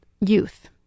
youth